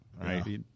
Right